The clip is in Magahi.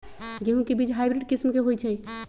गेंहू के बीज हाइब्रिड किस्म के होई छई?